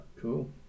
cool